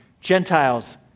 Gentiles